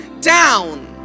down